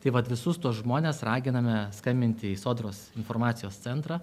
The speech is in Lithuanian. tai vat visus tuos žmones raginame skambinti į sodros informacijos centrą